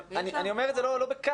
אני אומר את זה לא בכעס.